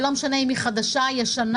ולא משנה אם היא חדשה או ישנה,